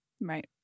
Right